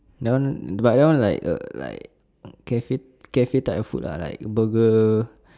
that one but that one like a like cafe cafe type of food like burger